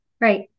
Right